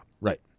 Right